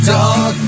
Dog